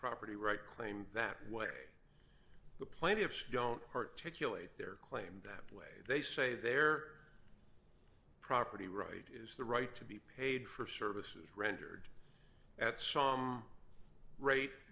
property rights claim that way the plaintiffs don't articulate their claim that way they say their property right is the right to be paid for services rendered at some ra